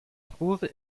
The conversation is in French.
trouve